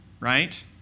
Right